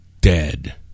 dead